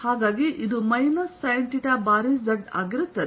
ಆದ್ದರಿಂದ ಇದು ಮೈನಸ್sinθಬಾರಿ z ಆಗಿರುತ್ತದೆ